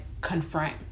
confront